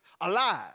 alive